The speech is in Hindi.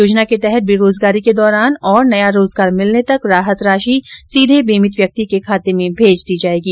योजना के तहत बेरोजगारी के दौरान और नया रोजगार मिलने तक राहत राशि सीघे बीमित व्यक्ति के खाते में भेज दी जाएगी